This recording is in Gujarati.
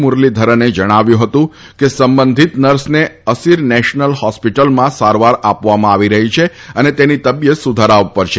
મુરલીધરને જણાવ્યું હતું કે સંબંધીત નર્સને અસીર નેશનલ હોસ્પીટલમાં સારવાર આપવામાં આવી રહી છે અને તેની તબીયત સુધારા ઉપર છે